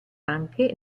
anche